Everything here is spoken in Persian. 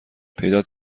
پیدات